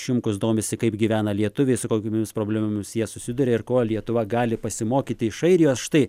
šimkus domisi kaip gyvena lietuviai su kokiomis problemomis jie susiduria ir ko lietuva gali pasimokyti iš airijos štai